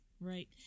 Right